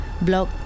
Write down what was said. Block